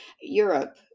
Europe